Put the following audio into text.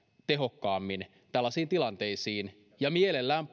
tehokkaammin tällaisiin tilanteisiin ja mielellään